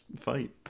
fight